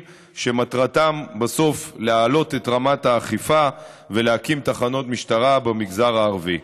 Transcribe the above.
שמטרתם בסוף להעלות את רמת האכיפה ולהקים תחנות משטרה במגזר הערבי.